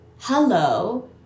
hello